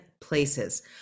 places